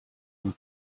and